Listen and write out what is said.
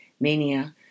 mania